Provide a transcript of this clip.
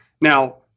Now